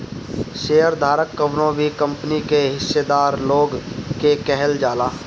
share धारक कवनो भी कंपनी के हिस्सादार लोग के कहल जाला